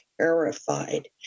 terrified